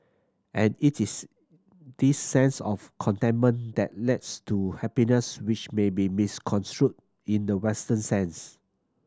and it is this sense of contentment that to happiness which may be misconstrued in the Western sense